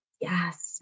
Yes